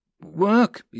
Work